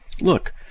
Look